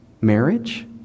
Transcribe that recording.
marriage